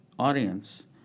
Audience